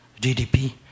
GDP